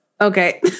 Okay